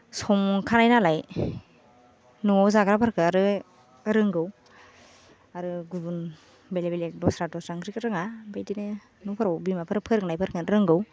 संखानाय नालाय न'आव जाग्राफोरखौ आरो रोंगौ आरो गुबुन बेलेग बेलेग द'स्रा द'स्रा ओंख्रिखौ रोङा बिदिनो न'फोराव बिमाफोर फोरोंनायफोरखौ रोंगौ